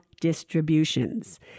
distributions